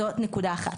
זאת נקודה אחת.